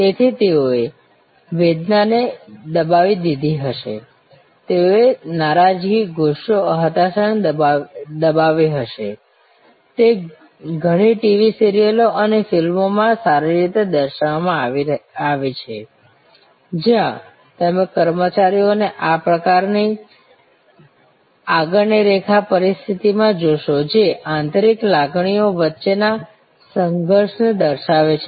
તેથી તેઓએ વેદનાને દબાવી દીધી હશે તેઓએ નારાજગી ગુસ્સો હતાશાને દબાવી હશે તે ઘણી ટીવી સિરિયલો અને ફિલ્મોમાં સારી રીતે દર્શાવવામાં આવી છે જ્યાં તમે કર્મચારીઓને આ પ્રકારની આગળ ની રેખા પરિસ્થિતિમાં જોશો જે આંતરિક લાગણીઓ વચ્ચેના સંઘર્ષને દર્શાવે છે